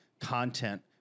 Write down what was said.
content